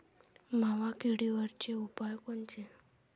मावा किडीवरचे उपाव कोनचे?